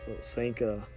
sanka